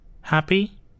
Happy